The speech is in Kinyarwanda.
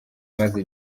imaze